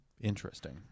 Interesting